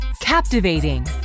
Captivating